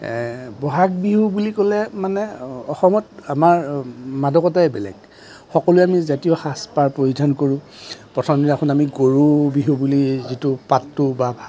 বহাগ বিহু বুলি ক'লে মানে অসমত আমাৰ মাদকতাই বেলেগ সকলোৱে আমি জাতীয় সাজপাৰ পৰিধান কৰোঁ প্ৰথম দিনাখন আমি গৰু বিহু বুলি যিটো পাতোঁ বা